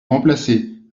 remplacer